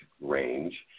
range